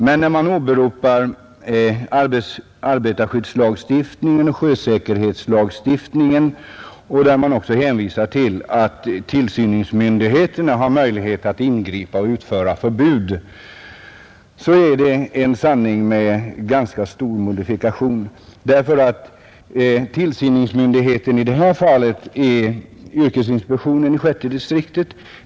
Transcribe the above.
Men när statsrådet åberopar arbetarskyddslagstiftningen och sjösäkerhetslagstiftningen och hänvisar till att tillsynsmyndigheterna har möjlighet att ingripa och utfärda förbud, så är detta en sanning med ganska stor modifikation. Tillsynsmyndighet i detta fall är yrkesinspektionen i sjätte distriktet.